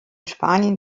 spanien